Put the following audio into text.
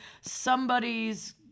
somebody's